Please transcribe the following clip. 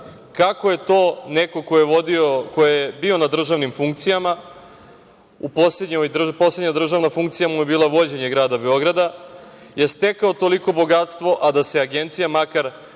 ko je vodio, ko je bio na državnim funkcijama, a poslednja državna funkcija mu je bila vođenje grada Beograda, je stekao toliko bogatstvo, a da se Agencija makar